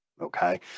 Okay